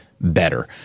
better